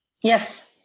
Yes